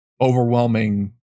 overwhelming